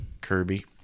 Kirby